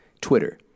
Twitter